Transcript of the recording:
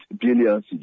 billion